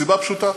מסיבה פשוטה: